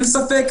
אין ספק,